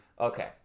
Okay